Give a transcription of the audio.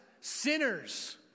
sinners